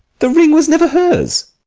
the ring was never hers.